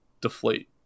deflate